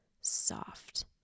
soft